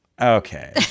Okay